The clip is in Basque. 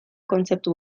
kontzeptu